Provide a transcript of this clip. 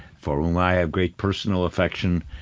for whom i have great personal affection.